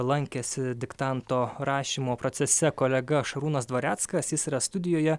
lankėsi diktanto rašymo procese kolega šarūnas dvareckas jis yra studijoje